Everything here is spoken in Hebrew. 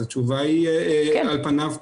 אז התשובה היא על פניו,